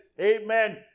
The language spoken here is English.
amen